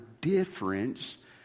difference